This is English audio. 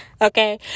Okay